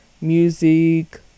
music